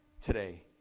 today